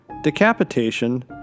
decapitation